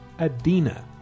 Adina